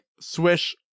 Swish